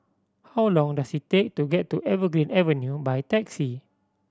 how long does it take to get to Evergreen Avenue by taxi